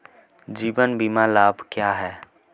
जीवन बीमा लाभ क्या हैं?